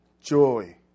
joy